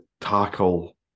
tackle